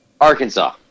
Arkansas